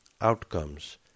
outcomes